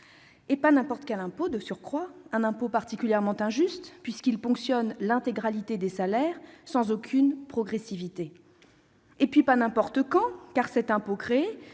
Et pas n'importe quel impôt : un impôt particulièrement injuste, puisqu'il ponctionne l'intégralité des salaires sans aucune progressivité ! Et pas n'importe quand : l'impôt créé